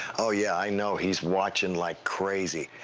oh yeah, know he's watching like crazy.